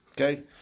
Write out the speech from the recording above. Okay